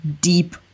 deep